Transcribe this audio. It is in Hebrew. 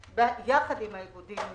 מי אמר שעל אותם 2,500 עובדים יחול ההיטל?